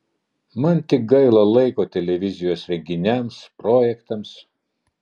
man tik gaila laiko televizijos renginiams projektams